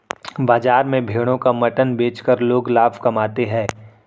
बाजार में भेड़ों का मटन बेचकर लोग लाभ कमाते है